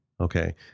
Okay